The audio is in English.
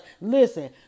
Listen